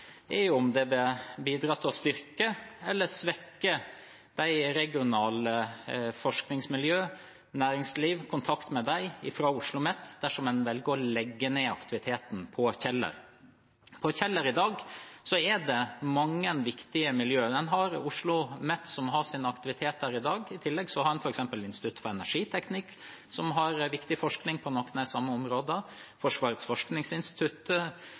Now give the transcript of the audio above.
er om det vil bidra til å styrke eller svekke det regionale forskningsmiljøet og næringslivet, kontakten med dem fra OsloMet, dersom man velger å legge ned aktiviteten på Kjeller. På Kjeller er det i dag mange viktige miljøer. OsloMet har sin aktivitet der i dag. I tillegg har man f.eks. Institutt for energiteknikk, som har viktig forskning på noen av de samme områdene, Forsvarets forskningsinstitutt